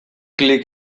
klik